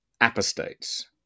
apostates